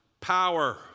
power